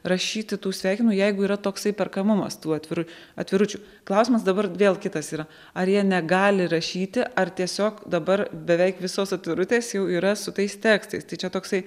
rašyti tų sveikinimų jeigu yra toksai perkamumas tų atviru atviručių klausimas dabar vėl kitas yra ar jie negali rašyti ar tiesiog dabar beveik visos atvirutės jau yra su tais tekstais tai čia toksai